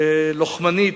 לוחמנית,